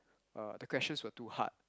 uh the questions were too hard